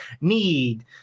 need